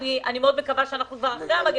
אני מקווה מאוד שאנחנו כבר אחרי המגפה,